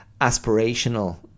aspirational